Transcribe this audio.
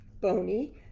bony